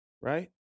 right